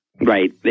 Right